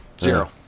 zero